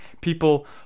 people